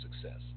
Success